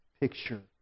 picture